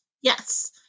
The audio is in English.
Yes